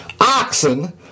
oxen